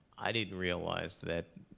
i didn't realize that,